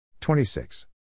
26